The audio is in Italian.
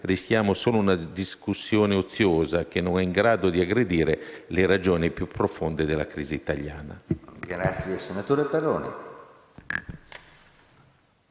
rischiamo solo una discussione oziosa, che non è in grado di aggredire la ragioni più profonde della crisi italiana.